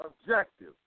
objective